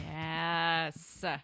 yes